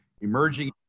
emerging